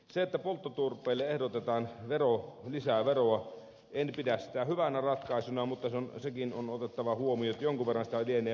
sitä että polttoturpeelle ehdotetaan lisää veroa en pidä hyvänä ratkaisuna mutta sekin on otettava huomioon että jonkun verran sitä lienee pakko sietää